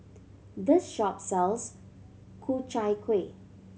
this shop sells Ku Chai Kuih